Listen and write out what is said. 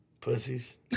Pussies